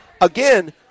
again